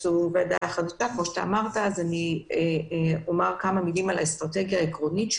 אני אומר כמה מילים על האסטרטגיה העקרונית: